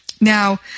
Now